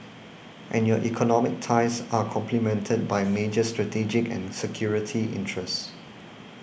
and your economic ties are complemented by major strategic and security interests